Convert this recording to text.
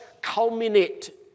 culminate